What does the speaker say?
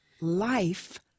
life